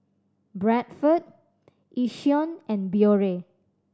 Bradford Yishion and Biore